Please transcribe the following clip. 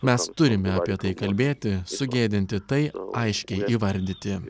mes turime apie tai kalbėti sugėdinti tai aiškiai įvardyti